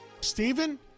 Stephen